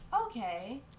Okay